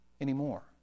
anymore